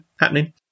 happening